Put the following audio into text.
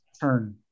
turn